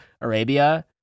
Arabia